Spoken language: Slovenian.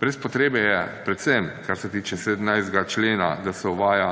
brez potrebe je predvsem, kar se tiče 17. člena, da se uvaja